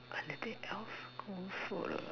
anything else go for the